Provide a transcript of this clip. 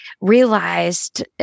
realized